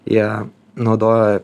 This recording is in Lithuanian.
jie naudoja